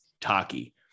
Taki